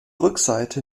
rückseite